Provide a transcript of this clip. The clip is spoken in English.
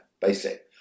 basic